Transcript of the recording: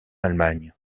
allemagne